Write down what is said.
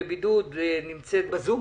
בבידוד, בזום.